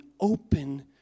open